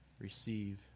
receive